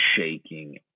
shaking